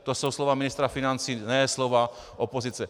To jsou slova ministra financí, ne slova opozice.